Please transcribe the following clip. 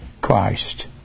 Christ